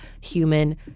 human